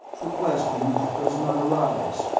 the question does not arise.